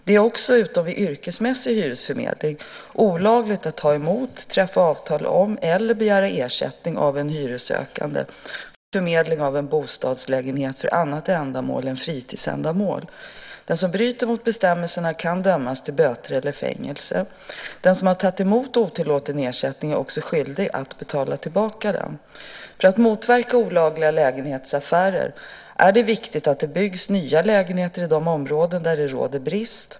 Det är också, utom vid yrkesmässig hyresförmedling, olagligt att ta emot, träffa avtal om eller begära ersättning av en hyressökande för förmedling av en bostadslägenhet för annat ändamål än fritidsändamål. Den som bryter mot bestämmelserna kan dömas till böter eller fängelse. Den som har tagit emot otillåten ersättning är också skyldig att betala tillbaka den. För att motverka olagliga lägenhetsaffärer är det viktigt att det byggs nya lägenheter i de områden där det råder bostadsbrist.